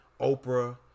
Oprah